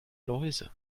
läuse